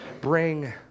Bring